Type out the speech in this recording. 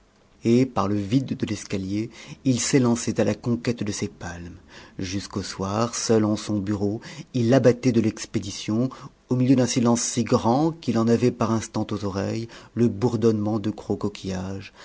et par le vide de l'escalier il s'élançait à la conquête de ses palmes jusqu'au soir seul en son bureau il abattait de l'expédition au milieu d'un silence si grand qu'il en avait par instant aux oreilles le bourdonnement de gros coquillages